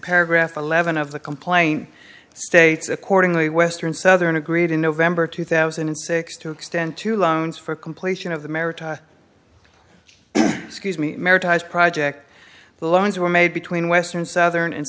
paragraph eleven of the complaint states accordingly western southern agreed in november two thousand and six to extend to loans for completion of the maritime excuse me project the loans were made between western southern and